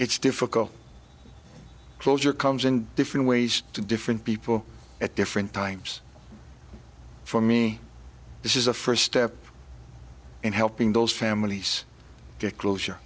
it's difficult closure comes in different ways to different people at different times for me this is a first step in helping those families get closure